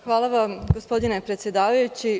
Hvala vam, gospodine predsedavajući.